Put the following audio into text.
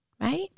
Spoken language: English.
right